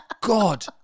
God